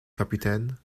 capitaine